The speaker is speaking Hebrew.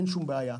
ואין שום בעיה.